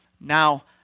Now